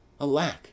alack